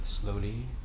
slowly